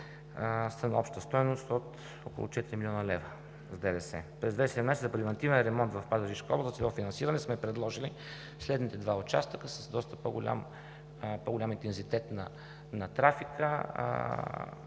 са на обща стойност от около 4 млн. лв. с ДДС. През 2017 г. за превантивен ремонт в Пазарджишка област, за целево финансиране сме предложили следните два участъка с доста по-голям интензитет на трафика,